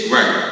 Right